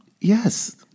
Yes